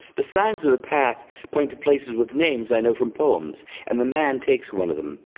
the signs of the path point to places with names i know from poems and the man takes one of them.